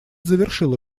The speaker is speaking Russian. завершил